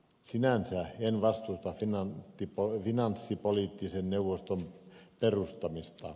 sinänsä en vastusta finanssipoliittisen neuvoston perustamista